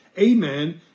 amen